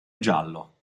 giallo